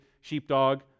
sheepdog